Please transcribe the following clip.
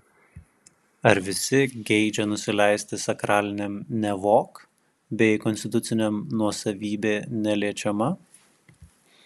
ar visi geidžia nusileisti sakraliniam nevok bei konstituciniam nuosavybė neliečiama